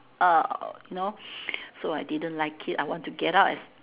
uh you know so I didn't like it I want to get out as